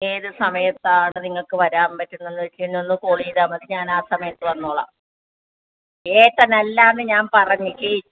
ഏത് സമയത്താണ് നിങ്ങൾക്ക് വരാൻ പറ്റുന്നതെന്ന് വെച്ചുകഴിഞ്ഞാൽ കോൾ ചെയ്താൽ മതി ഞാൻ ആ സമയത്ത് വന്നോളാം ഏട്ടൻ അല്ല എന്ന് ഞാൻ പറഞ്ഞു ചേച്ചി